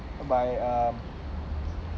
by um